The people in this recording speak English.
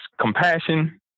compassion